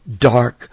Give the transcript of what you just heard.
dark